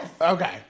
Okay